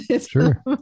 Sure